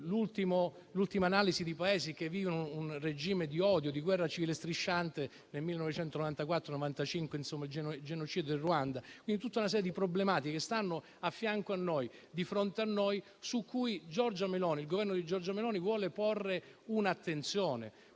L'ultima analisi di Paesi che vivono un regime di odio e di guerra civile strisciante, nel 1994-1995, è il genocidio del Ruanda. Quindi è tutta una serie di problematiche che stanno a fianco a noi e di fronte a noi, su cui il Governo di Giorgia Meloni vuole porre attenzione.